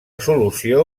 solució